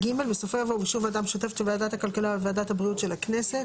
יש לכם סמכות להקפיא את ההיתר של יצרן נאות.